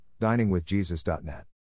diningwithjesus.net